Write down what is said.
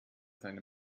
seine